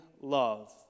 love